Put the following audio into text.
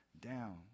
down